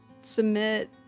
submit